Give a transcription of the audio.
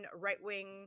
right-wing